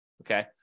Okay